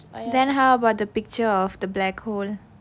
then how about the picture of the black hole